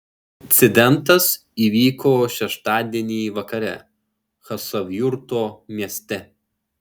incidentas įvyko šeštadienį vakare chasavjurto mieste